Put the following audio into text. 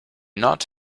not